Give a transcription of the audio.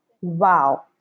wow